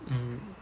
mm